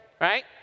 Right